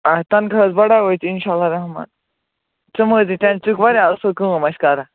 آ تَنخواہ حظ بَڈاوے ژےٚ اِنشاء اللہ رحمان ژٕ مہٕ حظ ہیے ٹیٚنشَن ژٕ چھُکھ واریاہ اَصٕل کٲم اَسہِ کَران